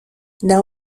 now